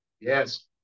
Yes